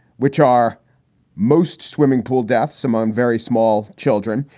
which are most swimming pool deaths among very small children,